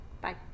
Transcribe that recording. Bye